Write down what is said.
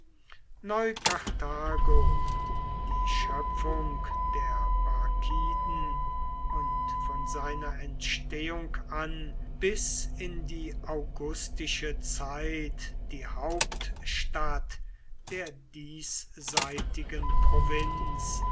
neukarthago die schöpfung der barkiden und von seiner entstehung an bis in die augustische zeit die hauptstadt der diesseitigen provinz